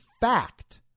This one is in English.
fact